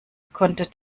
konnte